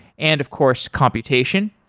and of course computation.